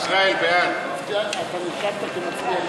חוק ליישום הפרוטוקול בדבר זכויות